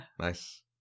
Nice